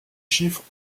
chiffres